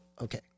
Okay